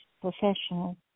professional